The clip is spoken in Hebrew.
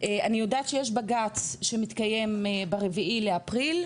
אני יודעת שיש בג"צ שמתקיים ב-4 לאפריל,